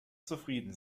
zufrieden